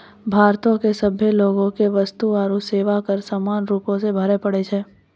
भारतो के सभे लोगो के वस्तु आरु सेवा कर समान रूपो से भरे पड़ै छै